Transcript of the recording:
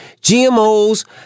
GMOs